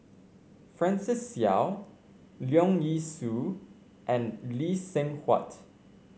Francis Seow Leong Yee Soo and Lee Seng Huat